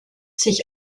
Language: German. sich